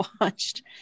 watched